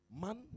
man